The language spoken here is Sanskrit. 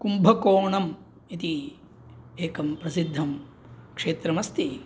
कुम्भकोणम् इति एकं प्रसिद्धं क्षेत्रमस्ति